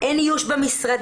אין איוש במשרדים.